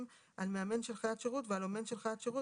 על מאמן של חיית שירות ועל אומן של חיית שירות,